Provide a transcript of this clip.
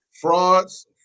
frauds